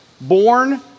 born